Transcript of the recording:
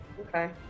Okay